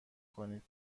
کنید